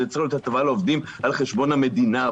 וזאת צריכה להיות הטבה לעובדים על חשבון המדינה.